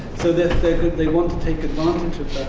so they they want to take advantage of